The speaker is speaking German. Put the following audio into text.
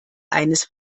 eines